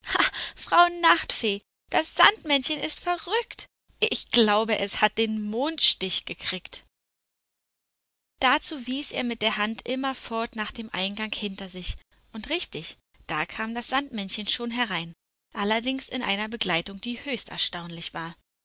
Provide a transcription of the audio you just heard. frau nachtfee das sandmännchen ist verrückt ich glaube es hat den mondstich gekriegt dazu wies er mit der hand immerfort nach dem eingang hinter sich und richtig da kam das sandmännchen schon herein allerdings in einer begleitung die höchst erstaunlich war